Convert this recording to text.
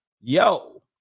yo